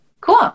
Cool